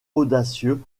audacieux